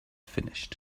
finished